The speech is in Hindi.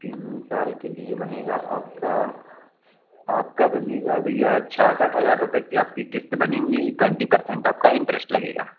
तीन साल के लिए बनेगा आपका आपका बनेगा भैया छियासठ हज़ार रुपये की आपकी क़िस्त बनेंगी ट्वेंटी परसेंट आपका इन्ट्रेस्ट लगेगा